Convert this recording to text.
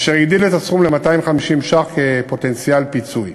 אשר הגדיל את הסכום ל-250 ש"ח כפוטנציאל פיצוי.